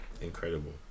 incredible